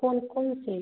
कौन कौन सी